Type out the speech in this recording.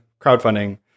crowdfunding